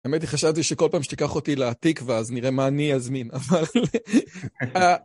האמת היא... חשבתי שכל פעם שתיקח אותי לתקווה אז נראה מה אני אזמין... אבל... אה...